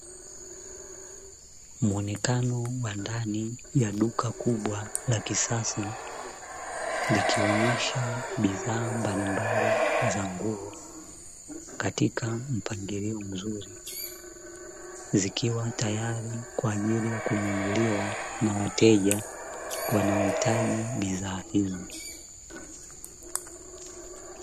Muonekano wa ndani wa duka kubwa la kisasa, likionyesha bidhaa mbalimbali za nguo katika mpangilio mzuri, zikiwa tayari kwa ajili ya kununuliwa na wateja wanaohitaji bidhaa hizo.